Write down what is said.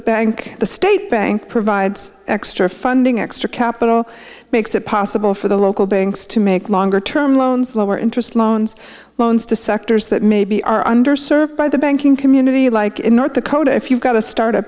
bank the state bank provides extra funding extra capital makes it possible for the local banks to make longer term loans lower interest loans loans to sectors that maybe are underserved by the banking community like in north dakota if you've got a start